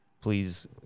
please